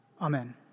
Amen